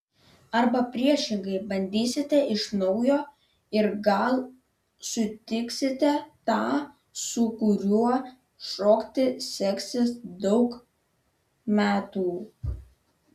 arba priešingai bandysite iš naujo ir gal sutiksite tą su kuriuo šokti seksis daug metų